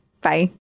Bye